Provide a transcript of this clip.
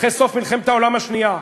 אחרי סוף מלחמת העולם השנייה,